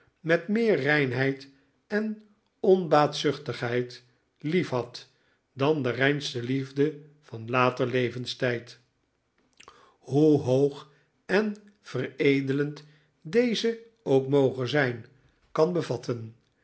met meer reinheid en onbaatzuchtigheid liefhad dan de reinste liefde van later levenstijd hoe hoog en veredelend deze ook moge zijn kan bevatten